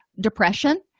depression